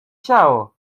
ciało